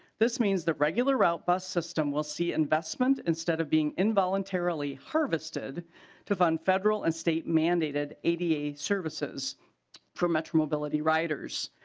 this means that regular route bus system will see investment instead of being involuntarily harvested to fund federal and state mandated ada services for metro mobility writers.